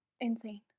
insane